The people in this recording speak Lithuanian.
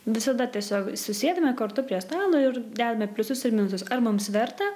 visada tiesiog susėdame kartu prie stalo ir dedame pliusus ir miltus ar mums verta